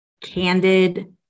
candid